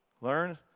Learn